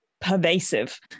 pervasive